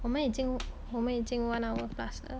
我们已经我们已经 one hour plus 呢